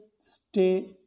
Stay